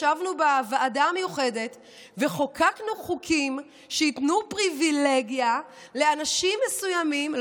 ישבנו בוועדה המיוחדת וחוקקנו חוקים שייתנו פריבילגיה לאנשים מסוימים.